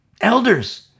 Elders